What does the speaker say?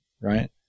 right